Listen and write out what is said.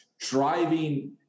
driving